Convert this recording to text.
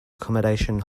accommodation